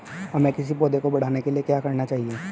हमें किसी पौधे को बढ़ाने के लिये क्या करना होगा?